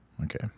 Okay